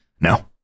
No